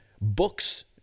books